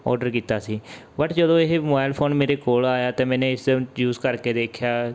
order ਕੀਤਾ ਸੀ but ਜਦੋਂ ਇਹ ਮੋਬਾਇਲ ਫੋਨ ਮੇਰੇ ਕੋਲ ਆਇਆ ਅਤੇ ਮੈਨੇ ਇਸ ਯੂਜ ਕਰਕੇ ਦੇਖਿਆ